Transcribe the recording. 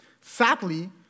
Sadly